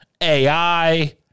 AI